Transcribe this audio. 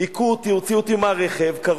מקווה שלא תירדמו מהסיפור שקרה